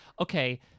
okay